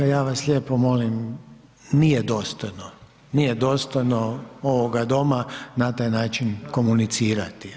Ja vas lijepo molim nije dostojno, nije dostojno ovoga doma na taj način komunicirati.